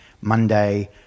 monday